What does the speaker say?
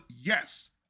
yes